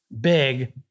Big